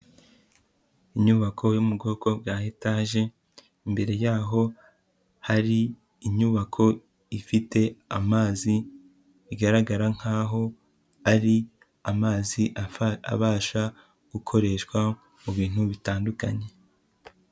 Inyubako yo mu bwoko bwa etaje, imbere yaho hari inyubako ifite amazi bigaragara nk'aho ari amazi abasha gukoreshwa mu bintu bitandukanye.